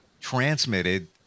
transmitted